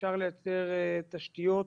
אפשר לייצר תשתיות